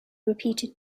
repeated